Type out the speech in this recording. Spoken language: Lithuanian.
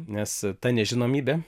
nes ta nežinomybė